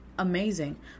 Amazing